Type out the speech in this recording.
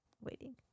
waiting